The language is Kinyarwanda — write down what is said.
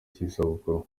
cy’izabukuru